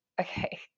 okay